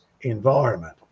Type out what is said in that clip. environment